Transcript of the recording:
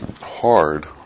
hard